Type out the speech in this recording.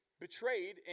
betrayed